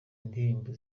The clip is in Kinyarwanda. indirimbo